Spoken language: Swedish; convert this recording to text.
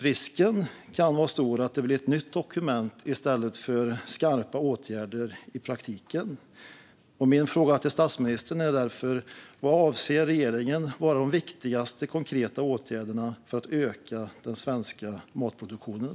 Risken kan vara stor att det blir ett nytt dokument i stället för skarpa åtgärder i praktiken. Min fråga till statsministern är därför: Vad anser regeringen vara de viktigaste konkreta åtgärderna för att öka den svenska matproduktionen?